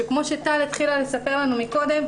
שכמו שטל התחילה לספר מקודם,